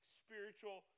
spiritual